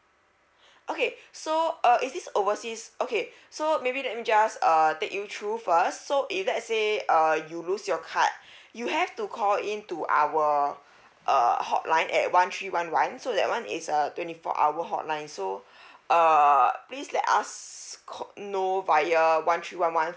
okay so uh is this overseas okay so maybe let me just uh take you through first so if let's say uh you lose your card you have to call in to our err hotline at one three one one so that one is a twenty four hour hotline so err please let us C~ know via one three one one